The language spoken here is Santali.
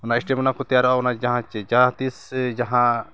ᱚᱱᱟ ᱥᱴᱮᱢᱤᱱᱟ ᱠᱚ ᱛᱮᱭᱟᱨᱚᱜᱼᱟ ᱚᱱᱟ ᱡᱟᱦᱟᱸ ᱛᱤᱥ ᱡᱟᱦᱟᱸ